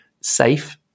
Safe